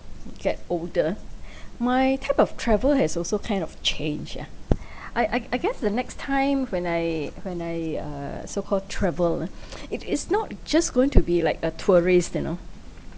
get older my type of travel has also kind of change yeah I I I guess the next time when I when I uh so call travel ah it's not just going to be like a tourist you know